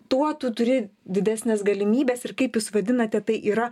tuo tu turi didesnes galimybes ir kaip jūs vadinate tai yra